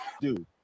Dude